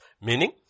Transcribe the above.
Meaning